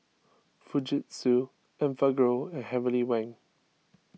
Fujitsu Enfagrow and Heavenly Wang